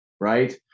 Right